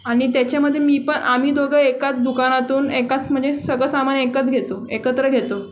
आणि त्याच्यामधे मी पण आम्ही दोघं एकाच दुकानातून एकाच म्हणजे सगळं सामान एकत घेतो एकत्र घेतो